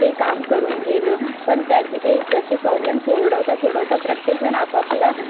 ते काम करून घेणं पण त्याचे हे जसे प्रॉब्लेम सोडवता सोडवता प्रत्येकजण आपापला